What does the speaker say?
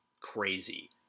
crazy